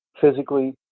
physically